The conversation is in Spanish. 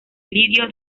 lirio